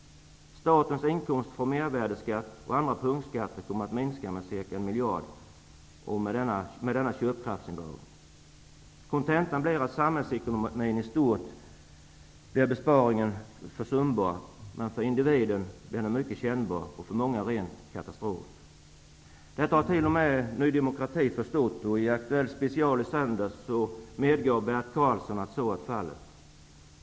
Statens inkomster från mervärdesskatt och andra punktskatter kommer att minska med minst en miljard i och med denna köpkraftsindragning. Kontentan blir att för samhällsekonomin i stort blir besparingen försumbar. Men för individen blir den mycket kännbar, för många en ren katastrof. Detta har nu till och med Ny demokrati förstått. I Aktuellt Special i söndags medgav Bert Karlsson att så är fallet.